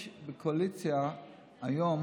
יש בקואליציה היום